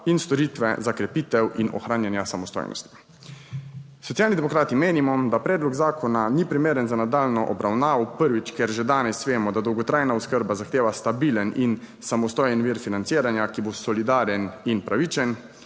in storitve za krepitev in ohranjanja samostojnosti. Socialni demokrati menimo, da predlog zakona ni primeren za nadaljnjo obravnavo. Prvič. Ker že danes vemo, da dolgotrajna oskrba zahteva stabilen in samostojen vir financiranja, ki bo solidaren in pravičen.